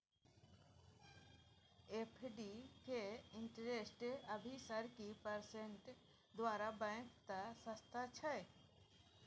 FD के interest अभी sir की परसेंट दूसरा बैंक त सस्ता छः?